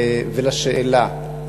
ולשאלה: